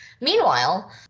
Meanwhile